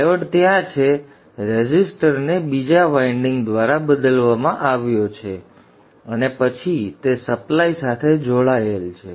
diode ત્યાં છે રેસિસ્ટોરને બીજા વાઇન્ડિંગ દ્વારા બદલવામાં આવ્યો છે અને પછી તે સપ્લાય સાથે જોડાયેલ છે